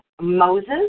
Moses